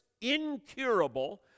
incurable